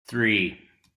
three